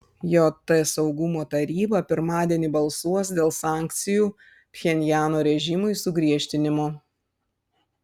jt saugumo taryba pirmadienį balsuos dėl sankcijų pchenjano režimui sugriežtinimo